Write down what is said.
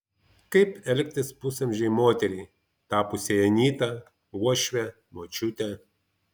kaip elgtis pusamžei moteriai tapusiai anyta uošve močiute